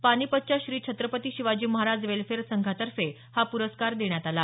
पानिपतच्या श्री छत्रपती शिवाजी महाराज वेलफेअर संघातर्फे हा पुरस्कार देण्यात आला